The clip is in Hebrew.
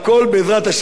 יבוא על מקומו בשלום.